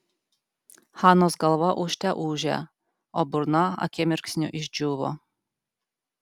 hanos galva ūžte ūžė o burna akimirksniu išdžiūvo